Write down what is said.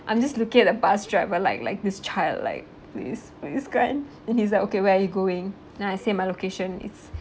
I'm just looking at the bus driver like like this child like ways please please grant then he's like okay where you going then I say my location is